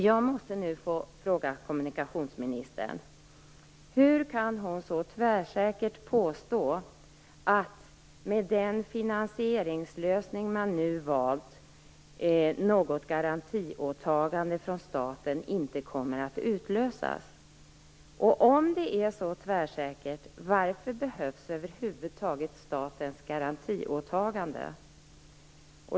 Jag måste nu få fråga kommunikationsministern: Hur kan hon så tvärsäkert påstå, med den finansieringslösning som man nu valt, att något garantiåtagande från staten inte kommer att utlösas? Om det är så tvärsäkert, varför behövs över huvud taget statens garantiåtagande?